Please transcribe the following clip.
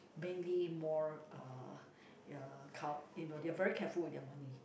mainly more uh uh care you know they're very careful with their money